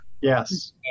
Yes